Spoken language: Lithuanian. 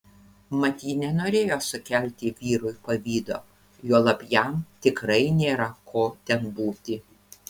mat ji nenorėjo sukelti vyrui pavydo juolab jam tikrai nėra ko ten būti